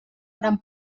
gran